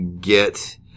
get